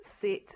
set